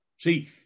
See